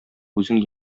үзең